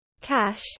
cash